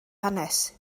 hanes